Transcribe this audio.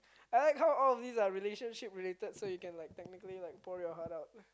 I like how all of these are relationship related so you can like technically like pour your heart out